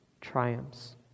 triumphs